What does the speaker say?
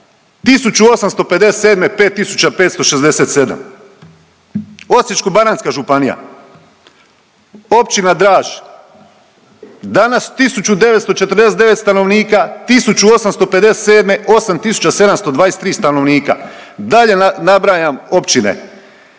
1857. – 5.567. Osječko-baranjska županija općina Draž, danas 1.949 stanovnika, 1857. – 8.723 stanovnika. Dalje nabrajam općine